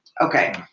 Okay